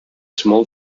small